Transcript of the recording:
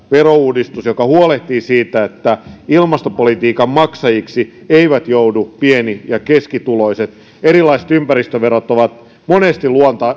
verouudistuksen joka huolehtii siitä että ilmastopolitiikan maksajiksi eivät joudu pieni ja keskituloiset erilaiset ympäristöverot ovat monesti